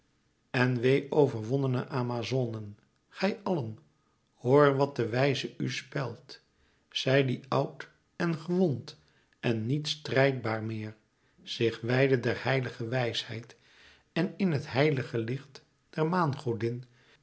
en wee overwonnene amazonen gij allen hoor wat de wijze u spelt zij die oud en gewond en niet strijdbaar meer zich wijdde der heilige wijsheid en in het heilige licht der